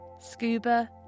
Scuba